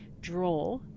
draw